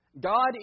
God